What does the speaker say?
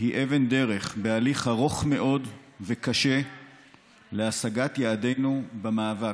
היא אבן דרך בתהליך ארוך מאוד וקשה להשגת יעדנו במאבק: